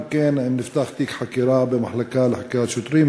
2. אם כן, האם נפתח תיק במחלקה לחקירות שוטרים?